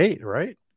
right